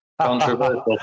controversial